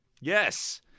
yes